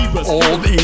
old